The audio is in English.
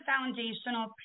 foundational